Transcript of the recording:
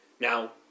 Now